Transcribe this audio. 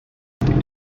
per